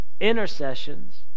Intercessions